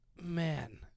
man